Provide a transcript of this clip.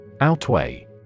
Outweigh